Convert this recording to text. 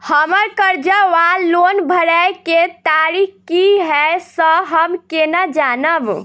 हम्मर कर्जा वा लोन भरय केँ तारीख की हय सँ हम केना जानब?